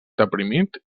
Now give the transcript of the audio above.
deprimit